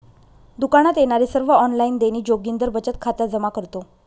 दुकानात येणारे सर्व ऑनलाइन देणी जोगिंदर बचत खात्यात जमा करतो